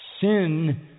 sin